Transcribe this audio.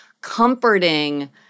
comforting—